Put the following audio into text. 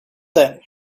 then